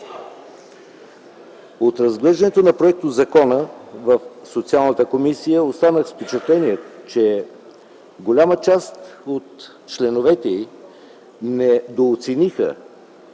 При разглеждането на законопроекта в Социалната комисия останах с впечатление, че голяма част от членовете й не дооцениха